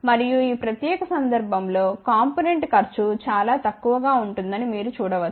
మరియు ఈ ప్రత్యేక సందర్భం లో కాంపోనెంట్ ఖర్చు చాలా తక్కువగా ఉందని మీరు చూడ వచ్చు